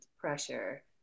pressure